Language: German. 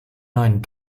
neuen